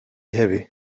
heavy